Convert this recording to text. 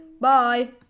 Bye